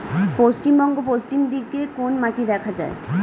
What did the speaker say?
পশ্চিমবঙ্গ পশ্চিম দিকে কোন মাটি দেখা যায়?